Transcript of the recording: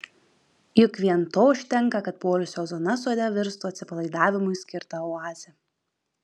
juk vien to užtenka kad poilsio zona sode virstų atsipalaidavimui skirta oaze